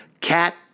cat